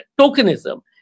tokenism